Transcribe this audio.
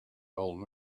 old